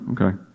Okay